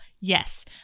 yes